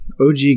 OG